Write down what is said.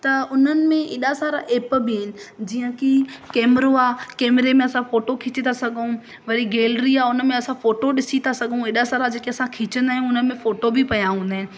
त उन्हनि में एॾा सारा ऐप बि आहिनि जीअं की कैमरो आहे कैमरे में असां फोटू खिची थी सघूं वरी गेलरी आहे उन में असां फोटो ॾिसी था सघूं एॾा सारा जेके असां खिचंदा आहियूं उन में फोटो बि पिया हूंदा आहिनि